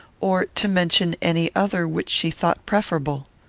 or to mention any other which she thought preferable.